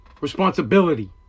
Responsibility